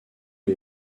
les